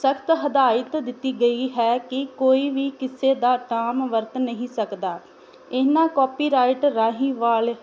ਸਖਤ ਹਦਾਇਤ ਦਿੱਤੀ ਗਈ ਹੈ ਕਿ ਕੋਈ ਵੀ ਕਿਸੇ ਦਾ ਨਾਮ ਵਰਤ ਨਹੀਂ ਸਕਦਾ ਇਹਨਾਂ ਕਾਪੀਰਾਈਟ ਰਾਹੀਂ ਵਾਲੇ